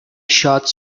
shots